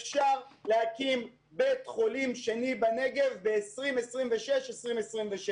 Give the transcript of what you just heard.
אפשר להקים בית חולים שני בנגב ב-2026 2027,